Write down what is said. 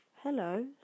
Hello